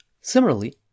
Similarly